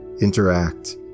interact